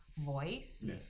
voice